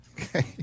Okay